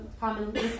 commonly